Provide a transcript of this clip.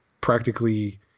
practically